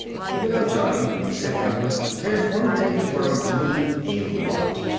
you know, johnny, said adams, there's one thing that worries me a lot.